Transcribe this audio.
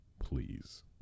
Please